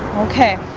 okay